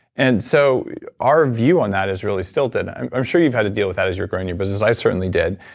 and so our view on that is really stilted. i'm sure you've had to deal with that as you're growing your business. i certainly did,